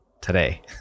today